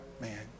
man